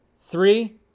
Three